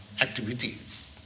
activities